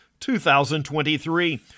2023